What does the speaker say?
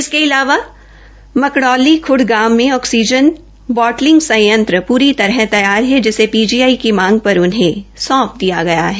इसके अलावा मकडौली खर्द गांव में ऑक्सीजन बॉटलिंग संयंत्र पूरी तैयार है जिसे पीजीआई की की मांग पर उन्हें सौंप दिया गया है